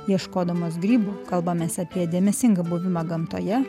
ieškodamos grybų kalbamės apie dėmesingą buvimą gamtoje